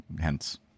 hence